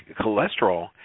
cholesterol